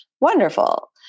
Wonderful